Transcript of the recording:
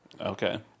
Okay